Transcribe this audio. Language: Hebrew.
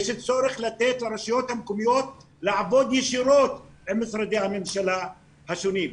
יש צורך לתת לרשויות המקומיות לעבוד ישירות עם משרדי הממשלה השונים.